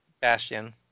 bastion